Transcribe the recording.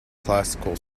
classical